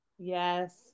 yes